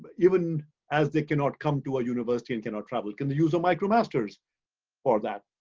even as they cannot come to a university and cannot travel? can they use a micromasters for that?